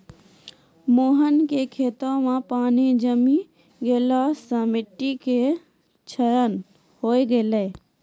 मोहन के खेतो मॅ पानी जमी गेला सॅ मिट्टी के क्षरण होय गेलै